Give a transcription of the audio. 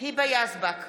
היבה יזבק,